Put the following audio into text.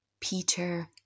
Peter